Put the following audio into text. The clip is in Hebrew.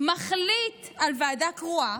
מחליט על ועדה קרואה,